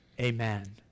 Amen